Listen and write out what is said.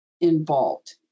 involved